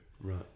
Right